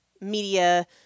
media